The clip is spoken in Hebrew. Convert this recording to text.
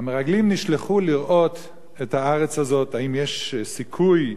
המרגלים נשלחו לראות את הארץ הזאת, האם יש סיכוי,